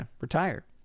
retire